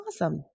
awesome